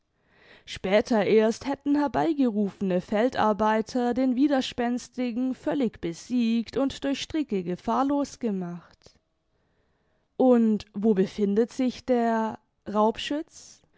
später erst hätten herbeigerufene feldarbeiter den widerspänstigen völlig besiegt und durch stricke gefahrlos gemacht und wo befindet sich der